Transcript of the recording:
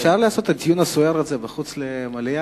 אפשר לעשות את הדיון הסוער הזה מחוץ למליאה?